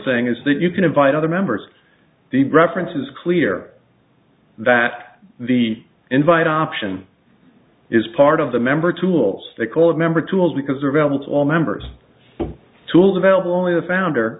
thing is that you can invite other members the reference is clear that the invite option is part of the member tools they call a member tools because available to all members tools available only the founder